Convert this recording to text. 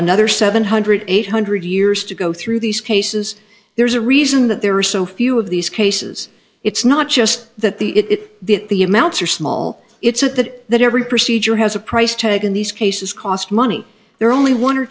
another seven hundred eight hundred years to go through these cases there's a reason that there are so few of these cases it's not just that the it is the the amounts are small it's at that that every procedure has a price tag in these cases cost money there are only one or